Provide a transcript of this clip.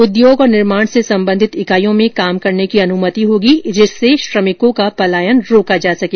उद्योग और निर्मोण से सम्बन्धित इकाईयों में काम करने की अनुमति होगी जिससे श्रमिकों का पलायन रोका जा सके